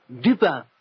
Dupin